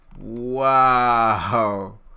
wow